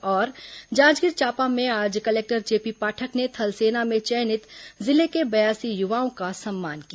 और जांजगीर चांपा में आज कलेक्टर जेपी पाठक ने थल सेना में चयनित जिले के बयासी युवाओं का सम्मान किया